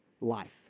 life